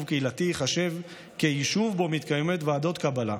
קהילתי ייחשב ליישוב שבו מתקיימת ועדות קבלה.